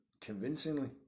convincingly